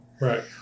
right